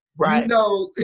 Right